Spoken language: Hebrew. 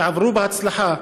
שעברו בהצלחה